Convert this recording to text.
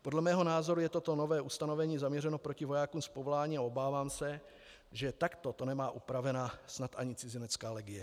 Podle mého názoru je toto nové ustanovení zaměřeno proti vojákům z povolání a obávám se, že takto to nemá upraveno snad ani cizinecká legie.